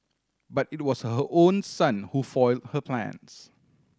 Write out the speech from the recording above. but it was her own son who foiled her plans